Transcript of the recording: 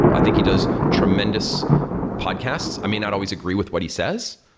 i think he does tremendous podcasts. i may not always agree with what he says,